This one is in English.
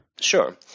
sure